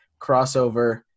crossover